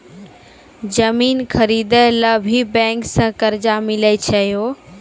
जमीन खरीदे ला भी बैंक से कर्जा मिले छै यो?